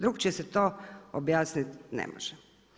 Drukčije se to objasniti ne može.